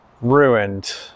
ruined